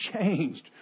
changed